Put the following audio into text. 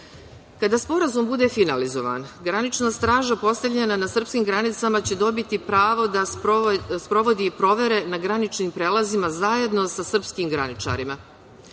Kada Sporazum bude finalizovan granična straža postavljena na srpskim granicama će dobiti pravo da sprovodi provere na graničnim prelazima zajedno sa srpskim graničarima.